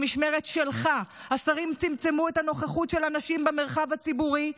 במשמרת שלך השרים צמצמו את הנוכחות של הנשים במרחב הציבורי,